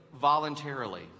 voluntarily